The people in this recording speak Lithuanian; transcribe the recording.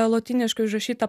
lotyniškai užrašyta